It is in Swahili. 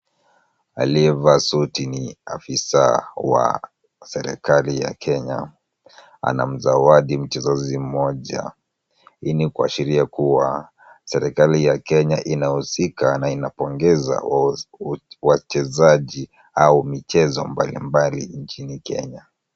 Aliyevaa suti ni afisa wa serikali ya Kenya anamzawadi mchezaji mmoja. Hii ni kuashiria kuwa serikali ya Kenya inahusika na inapongeza wachezaji au michezo mbalimbali nchini Kenya.